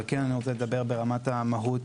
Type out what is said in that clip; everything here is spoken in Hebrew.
אבל אני כן רוצה לדבר ברמת המהות,